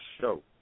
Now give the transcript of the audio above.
show